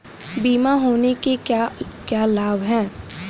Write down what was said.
बीमा होने के क्या क्या लाभ हैं?